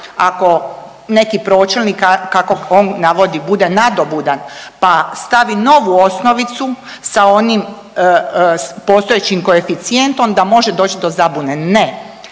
ako neki pročelnik kako on navodi bude nadobudan, pa stavi novu osnovicu sa onim postojećim koeficijentom da može doći do zabune. Ne,